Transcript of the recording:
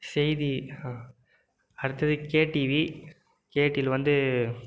செய்தி அடுத்தது K TV K டிவியில் வந்து